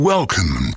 Welcome